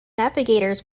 navigators